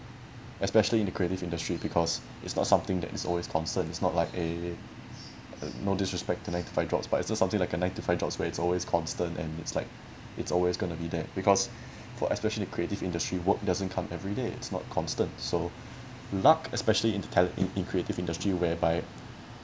especially in the creative industry because it's not something that is always concerned is not like a a no disrespect to a nine to five job but it's just something like a nine to five jobs where it's always constant and it's like it's always going to be there because for especially creative industry work doesn't come every day it's not constant so luck especially in the tal~ in in creative industry whereby